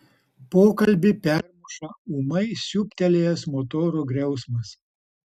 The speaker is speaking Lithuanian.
pokalbį permuša ūmai siūbtelėjęs motorų griausmas